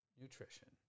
nutrition